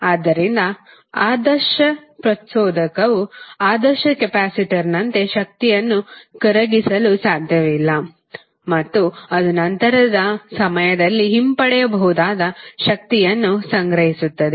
ಆದ್ದರಿಂದ ಆದರ್ಶ ಪ್ರಚೋದಕವು ಆದರ್ಶ ಕೆಪಾಸಿಟರ್ನಂತೆ ಶಕ್ತಿಯನ್ನು ಕರಗಿಸಲು ಸಾಧ್ಯವಿಲ್ಲ ಮತ್ತು ಅದು ನಂತರದ ಸಮಯದಲ್ಲಿ ಹಿಂಪಡೆಯಬಹುದಾದ ಶಕ್ತಿಯನ್ನು ಸಂಗ್ರಹಿಸುತ್ತದೆ